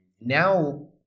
Now